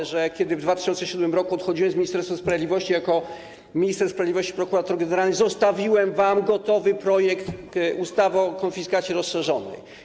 Bo przypomnę, że kiedy w 2007 r. odchodziłem z Ministerstwa Sprawiedliwości jako minister sprawiedliwości, prokurator generalny, zostawiłem wam gotowy projekt ustawy o konfiskacie rozszerzonej.